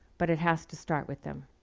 but it has to start with them.